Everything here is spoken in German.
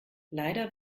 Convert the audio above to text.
leider